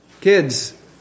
Kids